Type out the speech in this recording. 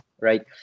right